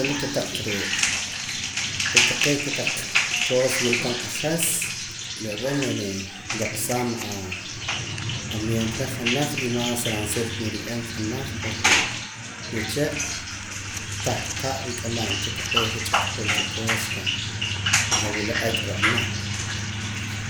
Wila kotaq re' re' taqee' kotaq cosa wula pan q'ajas re' re' niroqsaam a ambiente reh janaj y más ransiil niriye'em janaj porque uche' tah qa' rik'amanka taqee' je' ch'ahkoon cha cosas reh la wula ak' ro'na.